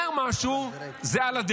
ואם הוא אומר משהו, זה על הדרך.